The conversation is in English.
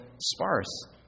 sparse